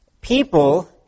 People